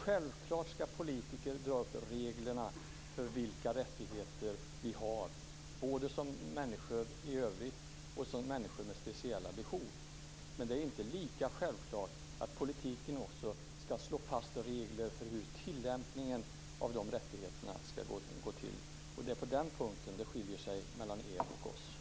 Självklart ska politiker dra upp reglerna när det gäller vilka rättigheter vi har både som människor i övrigt och som människor med speciella behov, men det är inte lika självklart att politiken också ska slå fast regler för hur tillämpningen av de rättigheterna ska gå till. Det är på den punkten som det skiljer sig mellan er och oss.